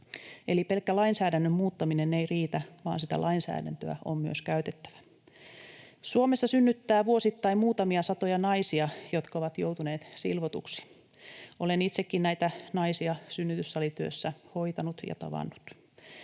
Eli pelkkä lainsäädännön muuttaminen ei riitä, vaan sitä lainsäädäntöä on myös käytettävä. Suomessa synnyttää vuosittain muutamia satoja naisia, jotka ovat joutuneet silvotuiksi. Olen itsekin näitä naisia synnytyssalityössä hoitanut ja tavannut.